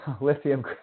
lithium